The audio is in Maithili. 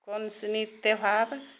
कौन सनी त्यौहार